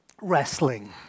wrestling